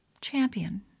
champion